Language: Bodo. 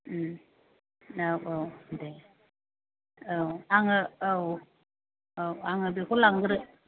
औ औ दे औ आङो औ आङो बेखौ लांग्रो